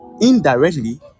indirectly